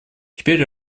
теперь